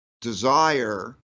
desire